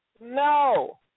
no